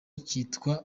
kitwa